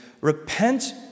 Repent